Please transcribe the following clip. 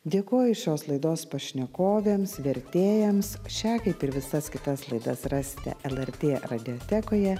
dėkoju šios laidos pašnekovėms vertėjams šią kaip ir visas kitas laidas rasite lrt radiotekoje